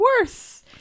worse